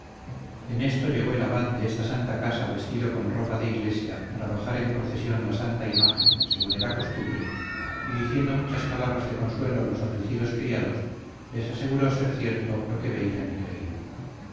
en esto llegó el abad de esta santa casa vestido con ropa de iglesia para bajar en procesión la santa imagen según era costumbre y diciendo muchas palabras de consuelo a los afligidos criados les aseguró ser cierto lo que veían y creían